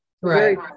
right